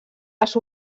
les